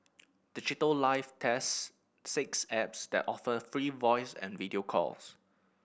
Digital Life tests six apps that offer free voice and video calls